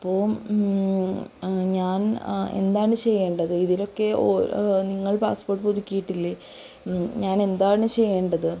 അപ്പോള് ഞാൻ എന്താണ് ചെയ്യേണ്ടത് ഇതിലൊക്കെ നിങ്ങൾ പാസ്പോർട്ട് പുതുക്കിയിട്ടില്ലേ ഞാൻ എന്താണ് ചെയ്യേണ്ടത്